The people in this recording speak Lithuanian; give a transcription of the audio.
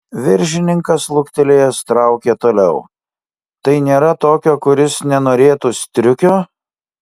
viršininkas luktelėjęs traukė toliau tai nėra tokio kuris nenorėtų striukio